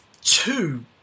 two